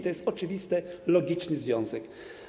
To jest oczywisty, logiczny związek.